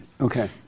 Okay